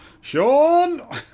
Sean